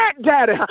daddy